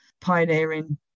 pioneering